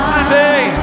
today